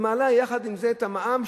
ומעלה יחד עם זה את המע"מ,